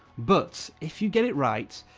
but if you get it right,